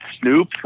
Snoop